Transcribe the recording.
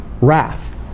wrath